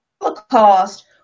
Holocaust